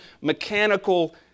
mechanical